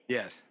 Yes